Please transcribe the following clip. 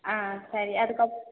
ஆ சரி அதுக்கப்